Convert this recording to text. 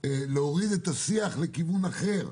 שצריך להוריד את השיח לכיוון אחר,